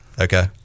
okay